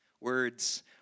Words